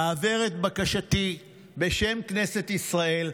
העבר את בקשתי בשם כנסת ישראל,